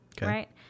right